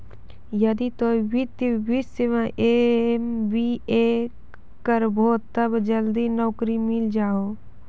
यदि तोय वित्तीय विषय मे एम.बी.ए करभो तब जल्दी नैकरी मिल जाहो